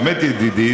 באמת ידידי,